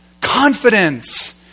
Confidence